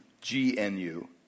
G-N-U